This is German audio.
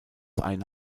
eine